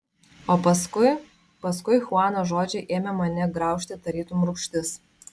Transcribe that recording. o paskui paskui chuano žodžiai ėmė mane graužti tarytum rūgštis